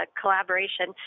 collaboration